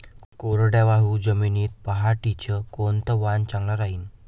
कोरडवाहू जमीनीत पऱ्हाटीचं कोनतं वान चांगलं रायीन?